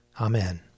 Amen